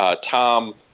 Tom